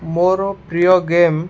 ମୋର ପ୍ରିୟ ଗେମ୍